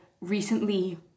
recently